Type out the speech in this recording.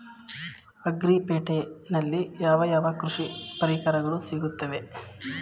Agri ಪೇಟೆನಲ್ಲಿ ಯಾವ ಯಾವ ಕೃಷಿ ಪರಿಕರಗಳು ಸಿಗುತ್ತವೆ?